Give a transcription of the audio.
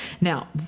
Now